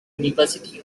university